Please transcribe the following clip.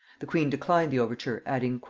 the queen declined the overture, adding,